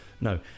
no